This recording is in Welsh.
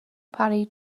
parry